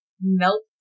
melt